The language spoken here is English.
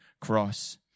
cross